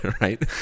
right